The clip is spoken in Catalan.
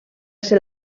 ser